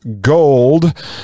gold